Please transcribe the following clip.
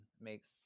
makes